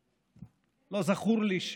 לא זכור לי,